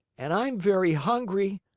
and i'm very hungry!